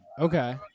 Okay